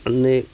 અને